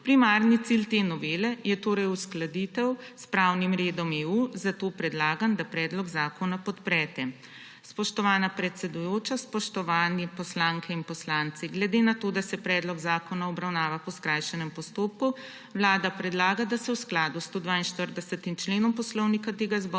Primarni cilj te novele je torej uskladitev s pravnim redom EU, zato predlagam, da predlog zakona podprete. Spoštovana predsedujoča, spoštovani poslanke in poslanci, ker se predlog zakona obravnava po skrajšanem postopku, Vlada predlaga, da se v skladu s 142. členom Poslovnika